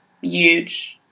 huge